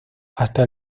hasta